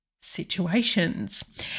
situations